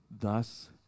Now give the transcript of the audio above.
Thus